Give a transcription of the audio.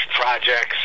projects